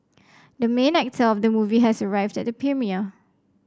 the main actor of the movie has arrived at the premiere